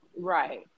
Right